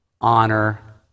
honor